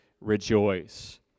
rejoice